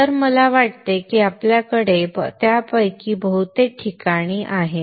तर मला वाटते की आपल्याकडे त्यापैकी बहुतेक ठिकाणी आहेत